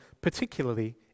particularly